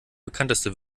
bekannteste